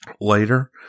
later